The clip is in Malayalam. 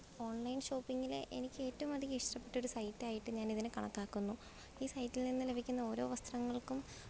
ഓൺലൈൻ ഷോപ്പിങിൽ എനിക്കേറ്റവുമധികം ഇഷ്ടപ്പെട്ടൊരു സൈറ്റായിട്ട് ഞാൻ ഇതിനെ കണക്കാക്കുന്നു ഈ സൈറ്റിൽ നിന്ന് ലഭിക്കുന്ന ഓരോ വസ്ത്രങ്ങൾക്കും